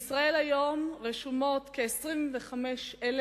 היום רשומות בישראל כ-25,000